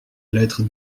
lettre